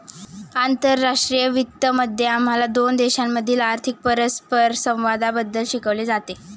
आंतरराष्ट्रीय वित्त मध्ये आम्हाला दोन देशांमधील आर्थिक परस्परसंवादाबद्दल शिकवले जाते